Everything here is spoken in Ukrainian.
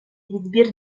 відбір